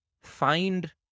find